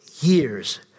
years